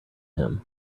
him